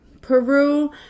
peru